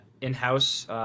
in-house